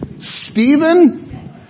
Stephen